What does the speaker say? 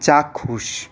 চাক্ষুষ